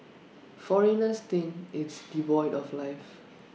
foreigners think it's devoid of life